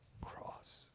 Cross